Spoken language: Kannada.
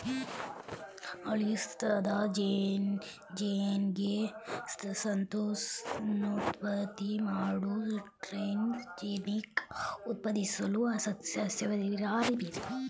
ಅಳಿಸ್ಲಾದ ಜೀನ್ಗೆ ಸಂತಾನೋತ್ಪತ್ತಿ ಮಾಡೋ ಟ್ರಾನ್ಸ್ಜೆನಿಕ್ ಉತ್ಪಾದಿಸಲು ಸಸ್ಯತಳಿನ ಬಳಸಲಾಗ್ತದೆ